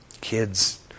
Kids